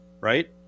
right